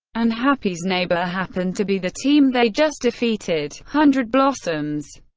and happy's neighbor happened to be the team they just defeated, hundred blossoms.